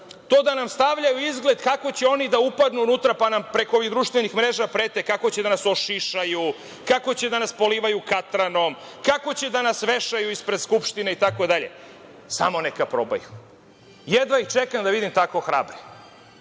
to da nam stavljaju izgled kako će oni da upadnu unutra, pa nam preko ovih društvenih mreža prete kako će da nas ošišaju, kako će da nas polivaju katranom, kako će da nas vešaju ispred Skupštine itd – samo neka probaju. Jedva ih čekam da vidim tako hrabre. Protiv